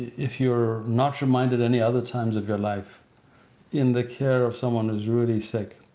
if you're not reminded any other times of your life in the care of someone who's really sick,